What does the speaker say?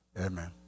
Amen